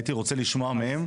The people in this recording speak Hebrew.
הייתי רוצה לשמוע מהם.